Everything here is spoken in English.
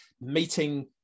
meeting